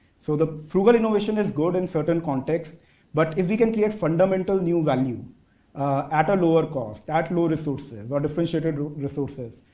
so, the frugal innovation is good in certain contexts but if we can create fundamental new value at a lower cost, at low resources, or differentiated resources,